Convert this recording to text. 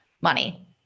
money